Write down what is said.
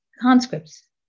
conscripts